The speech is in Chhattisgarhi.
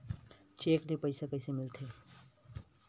चेक ले पईसा कइसे मिलथे?